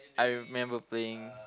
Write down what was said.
I remember playing